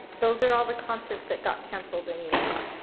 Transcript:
those are all the concerts that got canceled in utah.